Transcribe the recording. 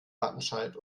wattenscheid